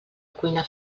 cuina